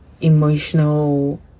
emotional